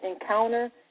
encounter